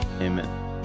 Amen